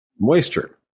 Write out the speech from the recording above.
moisture